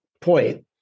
point